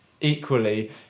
Equally